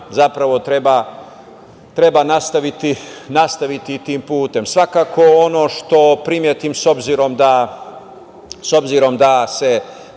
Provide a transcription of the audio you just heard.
zapravo treba nastaviti tim putem. Svakako ono što primetim, s obzirom da